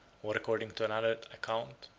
or, according to another account,